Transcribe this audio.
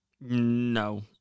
No